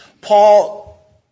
Paul